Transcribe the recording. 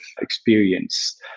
experience